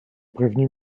prévenu